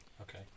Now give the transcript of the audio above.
Okay